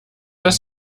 dass